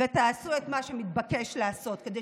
ותעשו את מה שמתבקש לעשות כדי